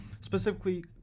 specifically